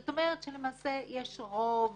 זאת אומרת שיש רוב